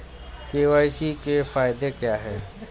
KYC के फायदे क्या है?